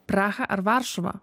praha ar varšuva